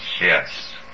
Yes